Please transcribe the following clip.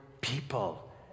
people